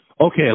Okay